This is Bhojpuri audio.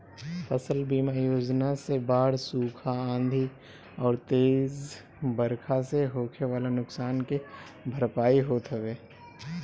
फसल बीमा योजना से बाढ़, सुखा, आंधी अउरी तेज बरखा से होखे वाला नुकसान के भरपाई होत हवे